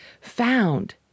found